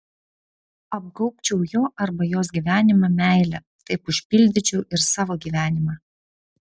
apgaubčiau jo arba jos gyvenimą meile taip užpildyčiau ir savo gyvenimą